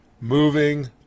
moving